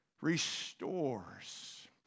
restores